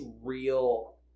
real